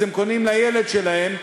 אז הם קונים לילד שלהם,